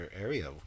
area